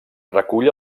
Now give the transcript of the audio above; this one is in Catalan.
recull